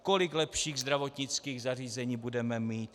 Kolik lepších zdravotnických zařízení budeme mít.